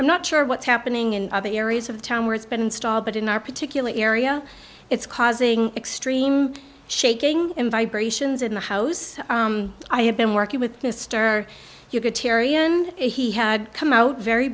i'm not sure what's happening in other areas of town where it's been installed but in our particular area it's causing extreme shaking in vibrations in the house i have been working with mr you could tarion he had come out very